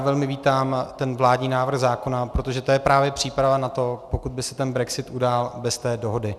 Velmi vítám ten vládní návrh zákona, protože to je právě příprava na to, pokud by se brexit udál bez dohody.